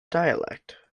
dialect